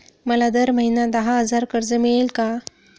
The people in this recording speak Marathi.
मला दर महिना दहा हजार कर्ज मिळेल का?